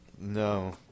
No